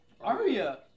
Arya